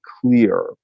clear